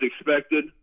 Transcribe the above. expected